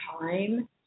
time